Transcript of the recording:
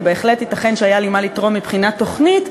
ובהחלט ייתכן שהיה לי מה לתרום מבחינה תוכנית,